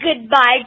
goodbye